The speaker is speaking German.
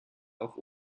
auch